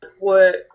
work